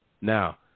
Now